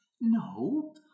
No